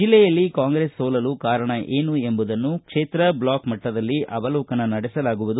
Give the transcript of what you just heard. ಜಿಲ್ಲೆಯಲ್ಲಿ ಕಾಂಗ್ರೆಸ್ ಸೋಲಲು ಕಾರಣ ಏನು ಎಂಬುದನ್ನು ಕ್ಷೇತ್ರ ಬ್ಲಾಕ್ ಮಟ್ಟದಲ್ಲಿ ಅವಲೋಕನ ನಡೆಸಲಾಗುವುದು